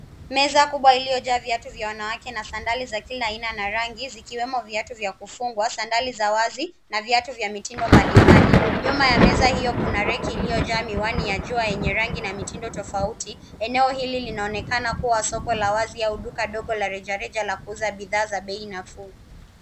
Meza kubwa iliyojaa viatu vya wanawake na sandali za kila aina na rangi zikiwemo viatu vya kufungwa, sandali za wazi na viatu vya mitindo mbalimbali. Nyuma ya meza hiyo kuna reki iliyojaa miwani ya jua enye rangi na mitindo tofauti. Eneo hili linaonekan kuwa soko la wazi au duga ndogo la rejareja la kuuza bidhaa za bei nafuu.